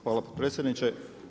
Hvala potpredsjedniče.